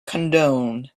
condone